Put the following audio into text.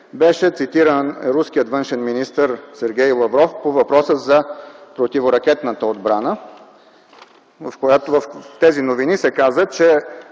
беше цитиран руският външен министър Сергей Лавров по въпроса за противоракетната отбрана. В тези новини се каза, че